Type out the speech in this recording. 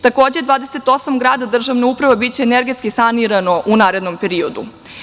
Takođe, 28 gradova državne uprave biće energetski sanirano u narednom periodu.